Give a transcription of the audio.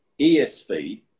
ESV